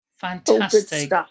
Fantastic